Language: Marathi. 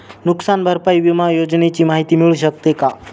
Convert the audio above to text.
नुकसान भरपाई विमा योजनेची माहिती मिळू शकते का?